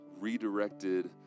redirected